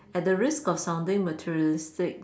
at the risk of sounding materialistic